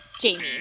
Jamie